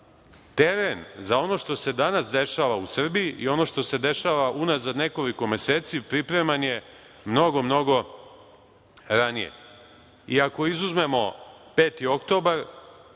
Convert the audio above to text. šta. Teren za ono što se danas dešava u Srbiji i ono što se dešava unazad nekoliko meseci pripreman je mnogo, mnogo ranije.I ako izuzmemo 5. oktobar